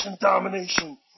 domination